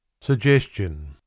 Suggestion